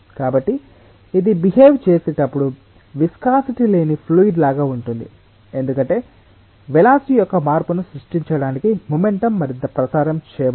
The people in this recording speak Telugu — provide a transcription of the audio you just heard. కాబట్టి ఇది బిహేవ్ చేసెటప్పుడు విస్కాసిటి లేని ఫ్లూయిడ్ లాగా ఉంటుంది ఎందుకంటే వెలాసిటి యొక్క మార్పును సృష్టించడానికి మొమెంటమ్ మరింత ప్రసారం చేయబడదు